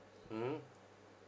mmhmm